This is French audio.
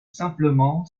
simplement